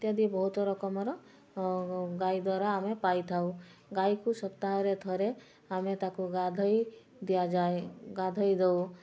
ଇତ୍ୟାଦି ବହୁତ ରକମର ଗାଈ ଦ୍ୱାରା ଆମେ ପାଇଥାଉ ଗାଈକୁ ସପ୍ତାହରେ ଥରେ ଆମେ ତାକୁ ଗାଧୋଇ ଦିଆଯାଏ ଗାଧୋଇ ଦେଉ